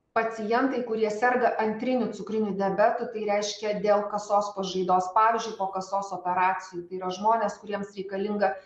pacientai kurie serga antriniu cukriniu diabetu tai reiškia dėl kasos pažaidos pavyzdžiui po kasos operacijų tai yra žmonės kuriems reikalinga